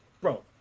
bro